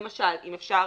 למשל, אם אפשר